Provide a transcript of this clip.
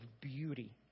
beauty